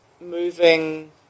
moving